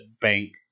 bank